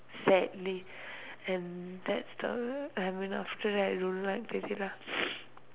sadly and that's the I mean after that I don't like already lah